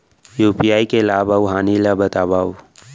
UPI के लाभ अऊ हानि ला बतावव